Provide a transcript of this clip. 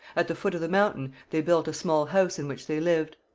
at the foot of the mountain they built a small house in which they lived.